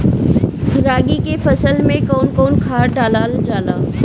रागी के फसल मे कउन कउन खाद डालल जाला?